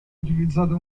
utilizzata